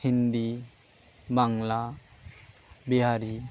Hindi Bangla Bihari